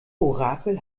orakel